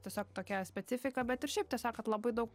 tiesiog tokia specifika bet ir šiaip tiesiog kad labai daug